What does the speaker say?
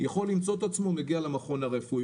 יכול למצוא את עצמו מגיע למכון הרפואי.